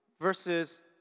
versus